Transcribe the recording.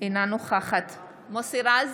אינה נוכחת מוסי רז,